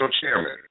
Chairman